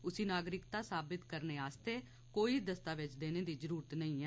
उसी नागरिकता साबित करने आस्तै कोई दस्तावेज देने दी ज़रुरत नेंई ऐ